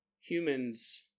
humans